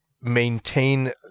maintain